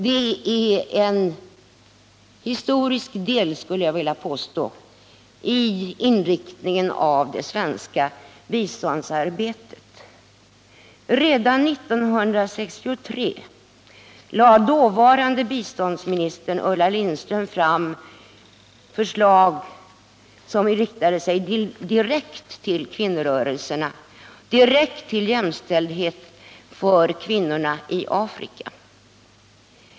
Det är en historisk del, skulle jag vilja påstå, i inriktningen av det svenska biståndsarbetet. Redan 1963 lade dåvarande biståndsministern Ulla Lindström fram förslag som riktades direkt till kvinnorörelserna och som direkt syftade till jämställdhet för kvinnorna i Afrika.